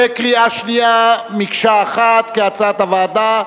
בקריאה שנייה, מקשה אחת כהצעת הוועדה.